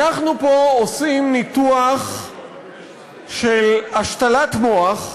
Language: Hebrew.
אנחנו פה עושים ניתוח של השתלת מוח,